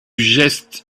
geste